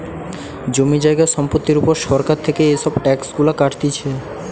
জমি জায়গা সম্পত্তির উপর সরকার থেকে এসব ট্যাক্স গুলা কাটতিছে